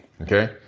Okay